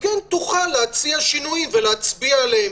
תוכל להציע שינויים ולהצביע עליהם.